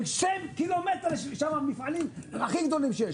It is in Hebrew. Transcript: זה שני קילומטר ויש שם מפעלים הכי גדולים שיש.